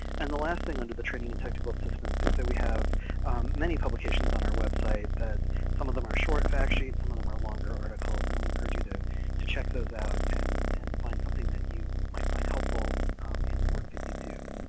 and then the last thing under the training and technical assistance is that we have many publications on our website that some of them are short fact sheets, some of them are longer articles, and we encourage you to to check those out and and find something that you might find helpful in the work that you do.